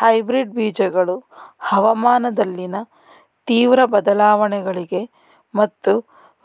hybrid ಬೀಜಗಳು ಹವಾಮಾನದಲ್ಲಿನ ತೀವ್ರ ಬದಲಾವಣೆಗಳಿಗೆ ಮತ್ತು